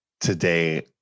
today